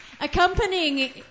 accompanying